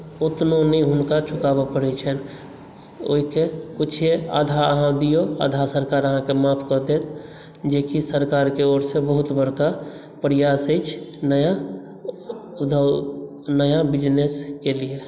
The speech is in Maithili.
ओतनहु नहि हुनका चुकावय पड़ैत छनि ओहिके किछुए आधा अहाँ दियौ आधा सरकार अहाँकेँ माफ कऽ देत जेकि सरकारके ओरसँ बहुत बड़का प्रयास अछि नया उद्योग नया बिजनेसके लिए